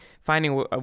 finding